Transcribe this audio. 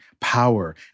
power